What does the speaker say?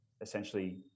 essentially